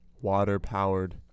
water-powered